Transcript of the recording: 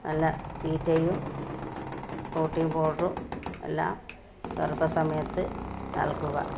നല്ല തീറ്റയും പ്രോട്ടീന് പൗഡറും എല്ലാം ഗര്ഭ സമയത്ത് നല്കുക